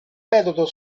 metodo